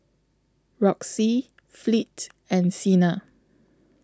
Roxie Fleet and Siena